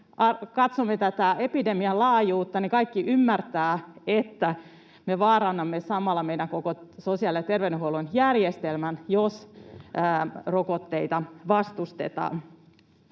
katsomme tätä epidemian laajuutta, niin kaikki ymmärtävät, että me vaarannamme samalla meidän koko sosiaali- ja terveydenhuollon järjestelmän, jos rokotteita vastustetaan.